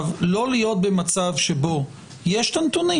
לא להיות במצב שבו יש את הנתונים,